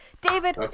David